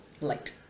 Light